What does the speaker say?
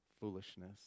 foolishness